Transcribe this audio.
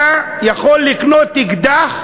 אתה יכול לקנות אקדח,